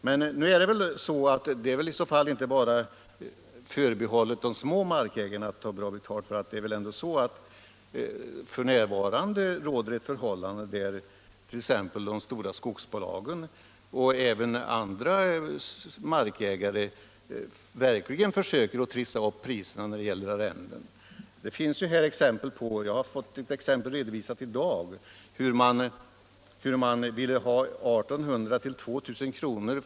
Men det är väl i så fall inte bara förbehållet de små markägarna att ta bra betalt. F. n. råder det förhållandet att de stora skogsbolagen och även andra markägare verkligen försöker trissa upp priserna på arrenden. Jag har fått ett exempel redovisat i dag på hur man ville ha 1 800-2 000 kr.